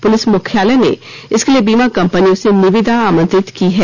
police मुख्यालय ने इसके लिए बीमा कंपनियों से निविदा आमंत्रित किया है